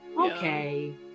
Okay